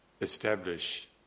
establish